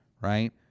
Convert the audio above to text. Right